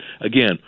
Again